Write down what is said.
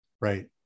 right